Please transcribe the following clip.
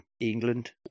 England